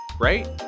right